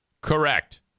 Correct